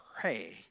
pray